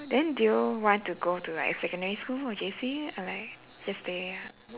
then do you want to go to like secondary school or J_C or like just stay here